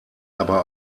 aber